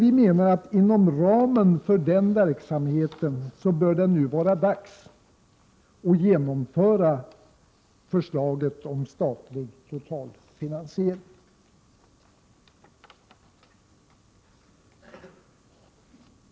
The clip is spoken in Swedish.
Inom ramen för den verksamheten bör det, menar vi, nu vara dags att genomföra förslaget om statlig totalfinansiering.